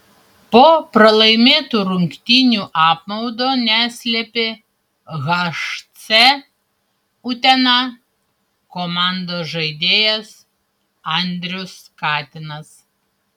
po pralaimėtų rungtynių apmaudo neslėpė hc utena komandos žaidėjas andrius katinas